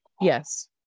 yes